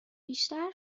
بیشتر